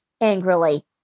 angrily